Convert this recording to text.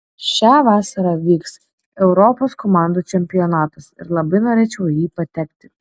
šią vasarą vyks europos komandų čempionatas ir labai norėčiau į jį patekti